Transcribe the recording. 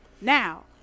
Now